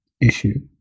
issue